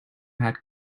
had